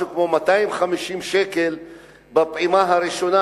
משהו כמו 250 שקל בפעימה הראשונה,